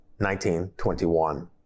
1921